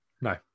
No